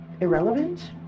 irrelevant